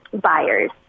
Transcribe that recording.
buyers